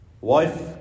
wife